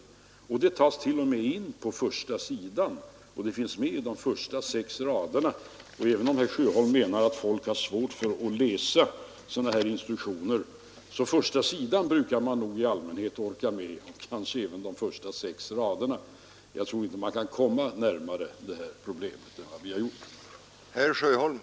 Den uppmaningen finns t.o.m. på första sidan, i de första sex raderna. Även om herr Sjöholm anser att folk har svårt för att läsa sådana här instruktioner, så brukar nog ändå de flesta orka med första sidan, åtminstone de sex första raderna. Jag tror inte att man kan komma det här problemet närmare än vi har gjort.